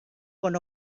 con